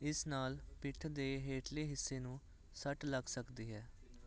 ਇਸ ਨਾਲ ਪਿੱਠ ਦੇ ਹੇਠਲੇ ਹਿੱਸੇ ਨੂੰ ਸੱਟ ਲੱਗ ਸਕਦੀ ਹੈ